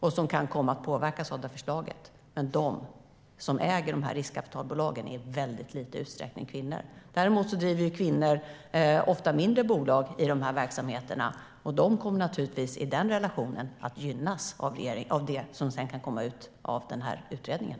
De kan komma att påverkas av förslaget, men de som äger riskkapitalbolagen är i väldigt liten utsträckning kvinnor. Däremot driver kvinnor ofta mindre bolag i dessa verksamheter, och de kommer naturligtvis i den relationen att gynnas av det som kan komma ut av utredningen.